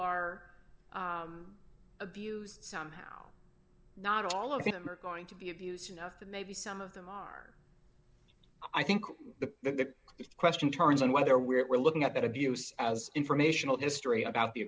are abused somehow not all of them are going to be abused enough to maybe some of them are i think the question turns on whether we're looking at abuse as informational history about the